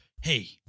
Hey